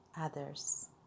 others